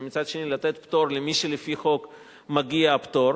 ומצד שני לתת פטור למי שלפי החוק מגיע לה פטור.